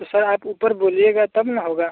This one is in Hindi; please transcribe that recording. तो सर आप ऊपर बोलिएगा तब ना होगा